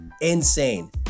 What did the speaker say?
Insane